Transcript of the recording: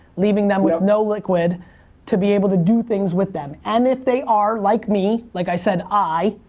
leaving them with no liquid to be able to do things with them. and if they are like me, like i said, i,